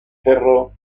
cerro